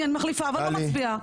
אני מחליפה ולא מצביעה.